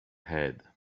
head